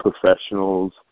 professionals